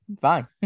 fine